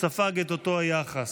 ספג את אותו היחס.